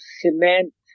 cement